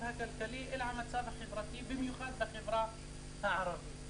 הכלכלי אלא על המצב החברתי במיוחד בחברה הערבית.